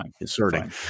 inserting